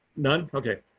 none okay.